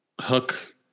hook